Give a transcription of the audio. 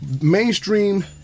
mainstream